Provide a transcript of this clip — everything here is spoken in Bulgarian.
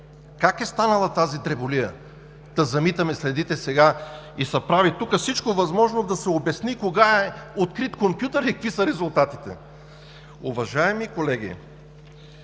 Как е станала тази дреболия, та замитаме следите сега? И тук се прави всичко възможно да се обясни кога е открит компютърът и какви са резултатите! Уважаеми колеги,